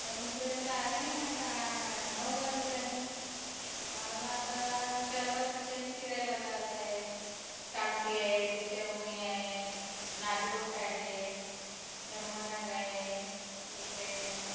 अजूनपर्यंत आले नाही आता नऊ वाजत आहे आम्हाला आता चार पाच ठिकाणी फिरायला जाचंय कामटी आहे दीक्षाभूमी आहे नागलोक आहे धम्मनाग आहे इकडे